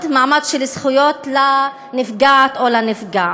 מעמד, מעמד של זכויות, לנפגעת או לנפגע,